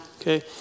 okay